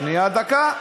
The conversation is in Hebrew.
שנייה, דקה.